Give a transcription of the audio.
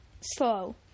slow